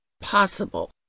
possible